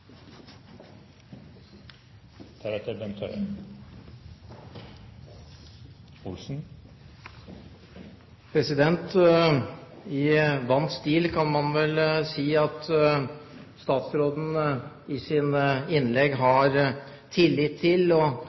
I kjent stil, kan man vel si, sier statsråden i sitt innlegg at hun stort sett har tillit til